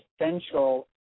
essential